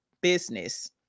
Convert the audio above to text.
business